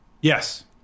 yes